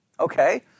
Okay